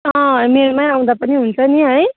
मेरोमा आउँदा पनि हुन्छ नि है